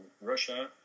Russia